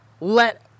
let